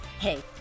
Hey